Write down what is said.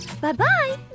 Bye-bye